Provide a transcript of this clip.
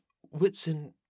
Whitson